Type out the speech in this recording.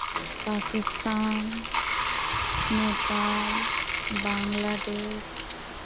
Pakistan Nepal Bangladesh